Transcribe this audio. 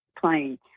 playing